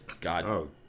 God